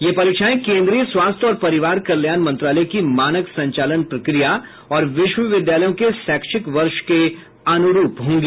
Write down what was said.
ये परीक्षाएं केंद्रीय स्वास्थ्य और परिवार कल्याण मंत्रालय की मानक संचालन प्रक्रिया और विश्वविद्यालयों के शैक्षिक वर्ष के अनुरूप होंगी